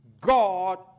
God